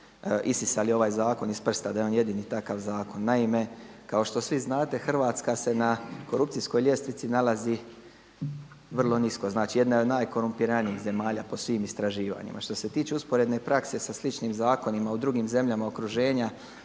isisali ovaj zakon iz prsta, da je on jedini takav zakon. Naime, kao što svi znate Hrvatska se na korupcijskoj ljestvici nalazi vrlo nisko, znači jedna je od najkorumpiranijih zemalja po svim istraživanjima. Što se tiče usporedne prakse sa sličnim zakonima u drugim zemljama okruženja